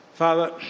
Father